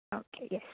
okay yes